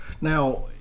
Now